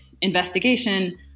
investigation